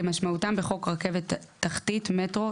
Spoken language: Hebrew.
כמשמעותם בחוק רכבת תחתית (מטרו),